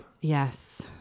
Yes